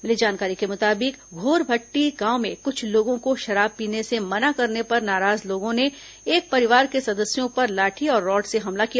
मिली जानकारी के मुताबिक घोरभट्टी गांव में कुछ लोगों को शराब पीने से मना करने पर नाराज लोगों ने एक परिवार के सदस्यों पर लाठी और रॉड से हमला किया